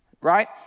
Right